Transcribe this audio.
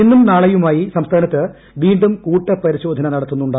ഇന്നും നാളെയുമായി സംസ്ഥാനത്ത് വീണ്ടും കൂട്ടപ്പരിശോധന നടത്തുന്നുണ്ട്